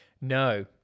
No